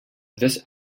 this